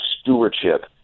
stewardship